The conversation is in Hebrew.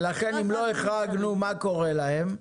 ואם לא החרגנו מה קורה להם?